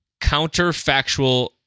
counterfactual